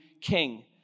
king